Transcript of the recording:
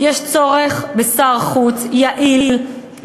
יש צורך בשר חוץ יעיל,